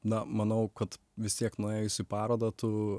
na manau kad vis tiek nuėjus į parodą tu